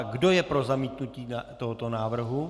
Kdo je pro zamítnutí tohoto návrhu?